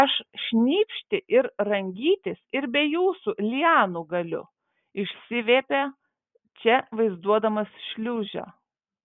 aš šnypšti ir rangytis ir be jūsų lianų galiu išsiviepė če vaizduodamas šliužą